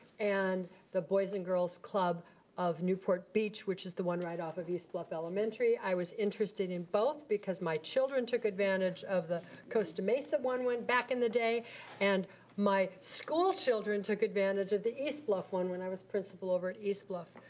and the boys and girls club of newport beach which is the one right off of east bluff elementary, i was interested in both, because my children took advantage of the costa mesa one back in the day and my school children took advantage of the east bluff one when i was principal over at east bluff.